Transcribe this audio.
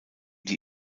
die